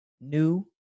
New